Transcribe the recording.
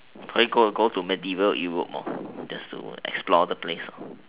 probably go go to medieval Europe lor that's the w~ explore the place ah